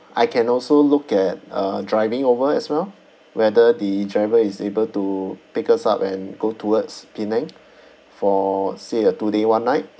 I can also look at uh driving over as well whether the driver is able to pick us up and go towards penang for say a two day one night